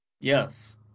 Yes